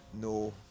no